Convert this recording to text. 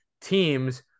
teams